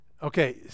Okay